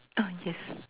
ah yes